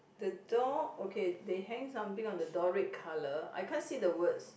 the door okay they hang something on the door red colour I can't see the words